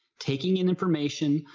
taking in information,